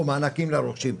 או מענקים לרוכשים,